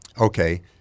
Okay